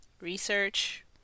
research